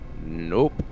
Nope